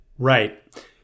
Right